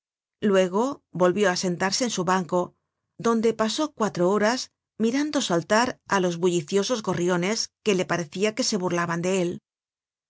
luego volvió á sentarse en su banco donde pasó cuatro horas mirando saltar á los bulliciosos gorriones que le parecia que se burlaban de él